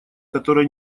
которая